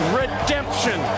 redemption